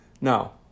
Now